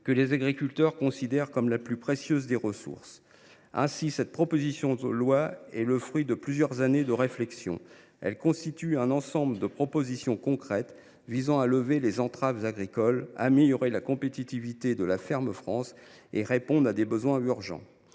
que les agriculteurs considèrent comme la plus précieuse des ressources. Ainsi, cette proposition de loi est le fruit de plusieurs années de réflexion. Elle regroupe un ensemble de propositions concrètes tendant à lever les entraves agricoles, améliorer la compétitivité de la ferme France et répondre à des besoins urgents.